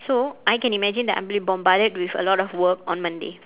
so I can imagine that I'll be bombarded with a lot work on monday